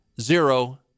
zero